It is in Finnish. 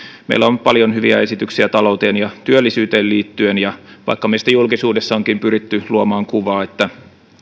meillä on paljon hyviä esityksiä talouteen ja työllisyyteen liittyen ja vaikka meistä julkisuudessa onkin pyritty luomaan kuvaa että